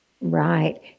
Right